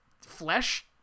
flesh